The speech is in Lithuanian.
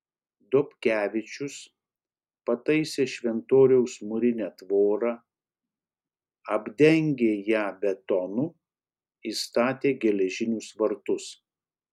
dobkevičius pataisė šventoriaus mūrinę tvorą apdengė ją betonu įstatė geležinius vartus